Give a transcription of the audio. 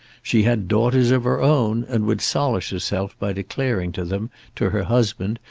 she had daughters of her own, and would solace herself by declaring to them, to her husband,